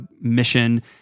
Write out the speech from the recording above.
mission